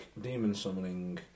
demon-summoning